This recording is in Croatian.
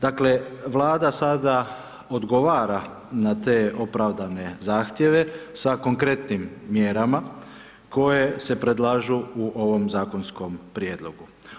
Dakle, Vlada sada odgovara na te opravdane zahtjeve sa konkretnim mjerama, koje se predlažu u ovom zakonskom prijedlogu.